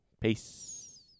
peace